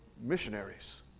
missionaries